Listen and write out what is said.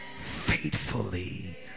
faithfully